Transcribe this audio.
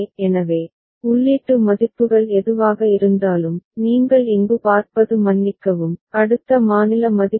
எனவே உள்ளீட்டு மதிப்புகள் எதுவாக இருந்தாலும் நீங்கள் இங்கு பார்ப்பது மன்னிக்கவும் அடுத்த மாநில மதிப்புகள்